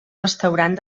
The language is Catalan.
restaurant